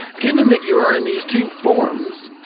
given that you are in these two forms,